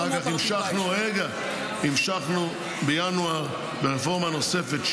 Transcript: אחר כך המשכנו בינואר ברפורמה נוספת,